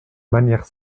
manière